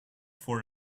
for